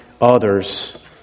others